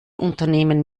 unternehmen